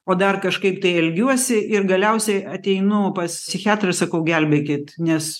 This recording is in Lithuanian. o dar kažkaip tai elgiuosi ir galiausiai ateinu pas psichiatrą ir sakau gelbėkit nes